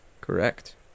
Correct